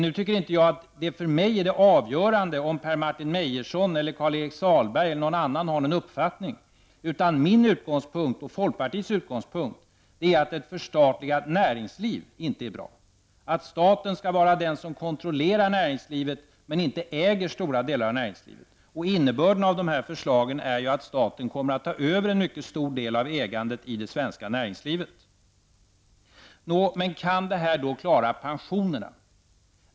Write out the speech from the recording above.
För mig är det inte avgörande om Per-Martin Meyerson, Karl-Erik Sahlberg eller någon annan har en uppfattning. Min och folkpartiets utgångspunkt är att det inte är bra med ett förstatligat näringsliv och att staten skall kontrollera näringslivet, men inte äga stora delar av näringslivet. Innebörden av dessa förslag är ju att staten kommer att ta över en mycket stor del av ägandet i det svenska näringslivet. Kan då detta bidra till att klara pensionerna?